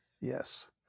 Yes